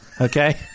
Okay